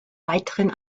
weiteren